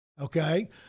okay